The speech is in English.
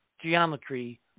geometry